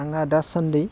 आंहा दासान्दि